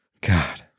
God